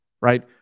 right